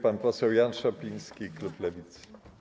Pan poseł Jan Szopiński, klub Lewicy.